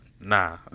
nah